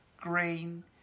green